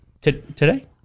Today